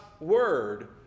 word